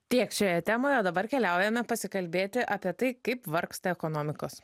tiek šioje temoj o dabar keliaujame pasikalbėti apie tai kaip vargsta ekonomikos